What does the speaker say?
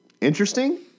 interesting